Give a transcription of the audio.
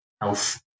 health